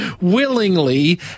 willingly